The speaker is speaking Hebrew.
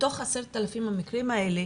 מתוך 10,000 המקרים האלה